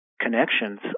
connections